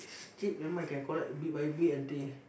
still remember I can collect bit by bit until